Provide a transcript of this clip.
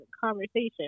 conversation